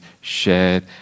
shared